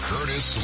Curtis